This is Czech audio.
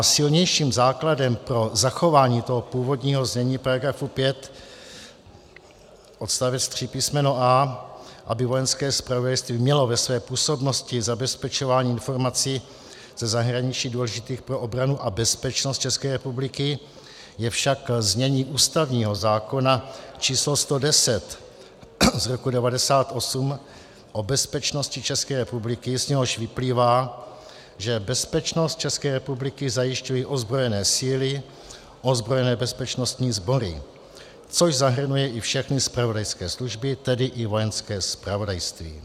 Silnějším základem pro zachování původního znění § 5 odst. 3 písm. a), aby Vojenské zpravodajství mělo ve své působnosti zabezpečování informací ze zahraničí důležitých pro obranu a bezpečnost České republiky, je však znění ústavního zákona č. 110/1998 Sb., o bezpečnosti České republiky, z něhož vyplývá, že bezpečnost České republiky zajišťují ozbrojené síly a ozbrojené bezpečností sbory, což zahrnuje i všechny zpravodajské služby, tedy i Vojenské zpravodajství.